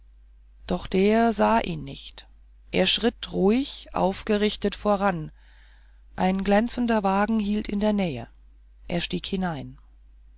doch der sah ihn nicht er schritt ruhig aufgerichtet voran ein glänzender wagen hielt in der nähe er stieg hinein